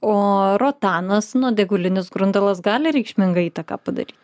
o rotanas nuodėgulinis grundalas gali reikšmingą įtaką padaryt